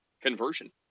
conversion